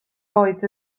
oedd